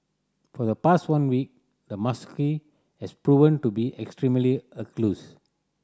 for the past one week the macaque has proven to be extremely